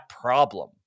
problem